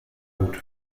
gut